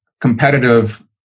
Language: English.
competitive